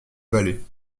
vallée